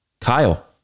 Kyle